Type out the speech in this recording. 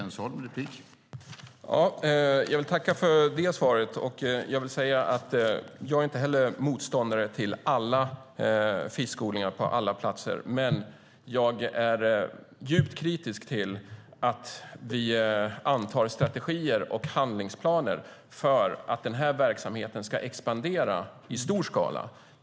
Herr talman! Jag vill tacka för det svaret och kan säga att jag inte heller är motståndare till alla fiskodlingar på alla platser, men jag är djupt kritisk till att vi antar strategier och handlingsplaner för att den här verksamheten ska expandera i stor skala.